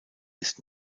ist